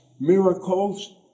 miracles